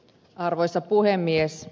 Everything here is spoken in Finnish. arvoisa puhemies